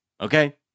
Okay